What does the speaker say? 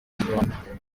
rwanda